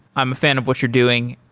i'm a fan of what you're doing.